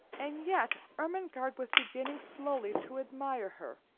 and yet ermengarde was beginning slowly to admire her.